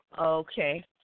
Okay